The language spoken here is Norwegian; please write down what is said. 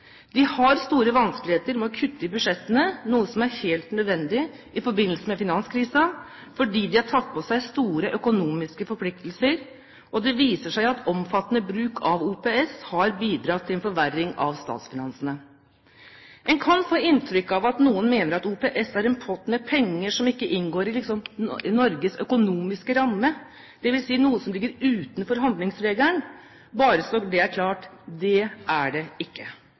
De har store vanskeligheter med å kutte i budsjettene, noe som er helt nødvendig i forbindelse med finanskrisa, fordi de har tatt på seg store økonomiske forpliktelser. Det viser seg at omfattende bruk av OPS har bidratt til en forverring av statsfinansene. En kan få inntrykk av at noen mener OPS er en pott med penger som liksom ikke inngår i Norges økonomiske ramme, dvs. noe som ligger utenfor handlingsregelen. Bare så det er klart: Det er det ikke.